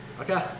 Okay